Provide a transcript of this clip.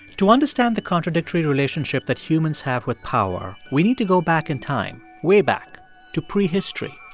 to understand the contradictory relationship that humans have with power, we need to go back in time, way back to prehistory,